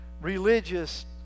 religious